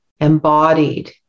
embodied